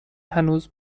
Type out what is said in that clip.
هنوز